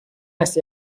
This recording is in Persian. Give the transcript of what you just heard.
است